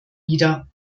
wieder